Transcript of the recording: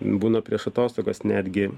būna prieš atostogas netgi